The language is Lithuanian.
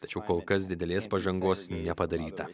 tačiau kol kas didelės pažangos nepadaryta